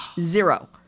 Zero